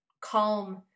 calm